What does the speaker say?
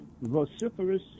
vociferous